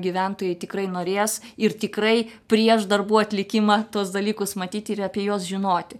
gyventojai tikrai norės ir tikrai prieš darbų atlikimą tuos dalykus matyti ir apie juos žinoti